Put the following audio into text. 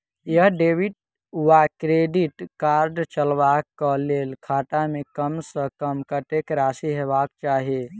यदि डेबिट वा credit card चलबाक कऽ लेल खाता मे कम सऽ कम कत्तेक राशि हेबाक चाहि?